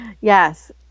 Yes